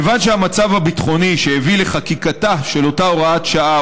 כיוון שהמצב הביטחוני שהביא לחקיקתה של אותה הוראת השעה